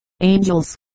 angels